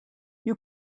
you